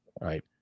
right